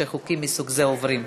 שחוקים מסוג זה עוברים.